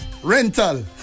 Rental